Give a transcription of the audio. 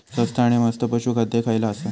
स्वस्त आणि मस्त पशू खाद्य खयला आसा?